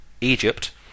Egypt